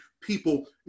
people